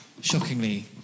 shockingly